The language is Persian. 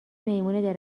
میمون